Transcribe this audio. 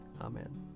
Amen